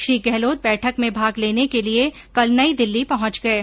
श्री गहलोत बैठक में भाग लेने के लिए कल नई दिल्ली पहुंच गए हैं